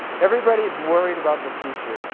everybody's worried about the future.